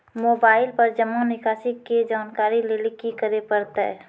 Mobile पर जमा निकासी के जानकरी लेली की करे परतै?